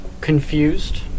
Confused